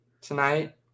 tonight